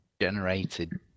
generated